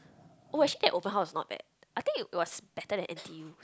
oh actually at open house is not bad I think it was better than N_T_U